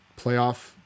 playoff